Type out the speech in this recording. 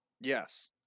Yes